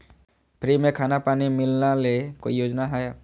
Free में खाना पानी मिलना ले कोइ योजना हय?